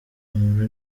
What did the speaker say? umuntu